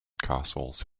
castles